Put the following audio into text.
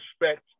respect